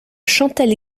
chantal